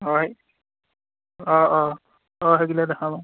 হয় অ' অ' অ'